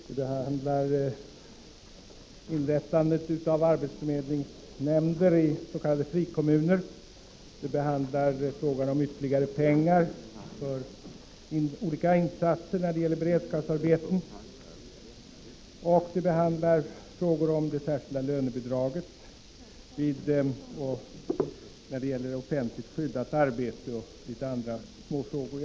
Det behandlar frågan om inrättandet av arbetsförmedlingsnämnder i s.k. frikommuner, frågan om ytterligare pengar för olika insatser när det gäller beredskapsarbeten och frågan om det särskilda lönebidraget till offentligt skyddat arbete m.fl. mindre frågor.